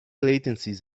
latencies